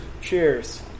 Cheers